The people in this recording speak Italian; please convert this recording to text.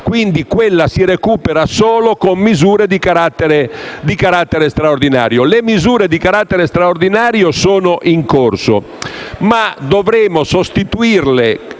quindi la si recupera solo con misure di carattere straordinario. Le misure di carattere straordinario sono in corso e stanno